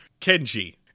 Kenji